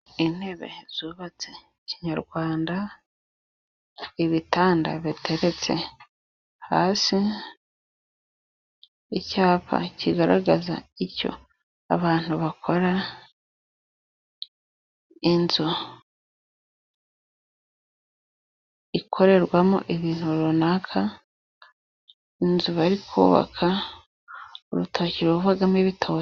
Intebe zubatse kinyarwanda, ibitanda biteretse hasi, icyapa kigaragaza icyo abantu bakora, inzu ikorerwamo ibintu runaka, inzu bari kubaka, urutoki ruvagamo ibito...